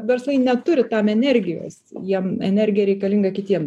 verslai neturi tam energijos jiem energija reikalinga kitiem